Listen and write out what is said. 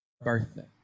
birthday